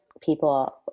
people